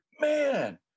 man